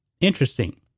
Interesting